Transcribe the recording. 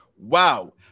wow